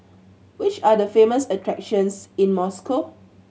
which are the famous attractions in Moscow